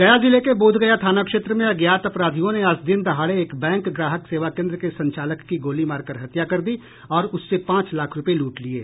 गया जिले के बोधगया थाना क्षेत्र में अज्ञात अपराधियों ने आज दिन दहाड़े एक बैंक ग्राहक सेवा केन्द्र के संचालक की गोली मारकर हत्या कर दी और उससे पांच लाख रूपये लूट लिये